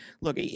look